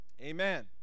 Amen